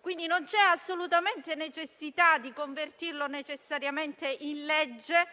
quindi, non c'è assolutamente necessità di convertirlo in legge,